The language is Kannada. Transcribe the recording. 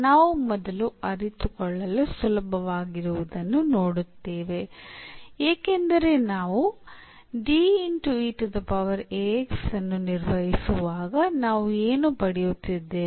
ನಾವು ಮೊದಲು ಅರಿತುಕೊಳ್ಳಲು ಸುಲಭವಾಗಿರುವುದನ್ನು ನೋಡುತ್ತೇವೆ ಏಕೆಂದರೆ ನಾವು ಅನ್ನು ನಿರ್ವಹಿಸುವಾಗ ನಾವು ಏನು ಪಡೆಯುತ್ತಿದ್ದೇವೆ